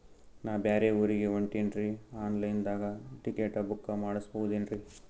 ನಾ ಬ್ಯಾರೆ ಊರಿಗೆ ಹೊಂಟಿನ್ರಿ ಆನ್ ಲೈನ್ ದಾಗ ಟಿಕೆಟ ಬುಕ್ಕ ಮಾಡಸ್ಬೋದೇನ್ರಿ?